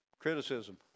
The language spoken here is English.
criticism